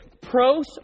Pros